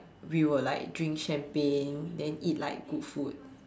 we will like drink champagne then eat like good food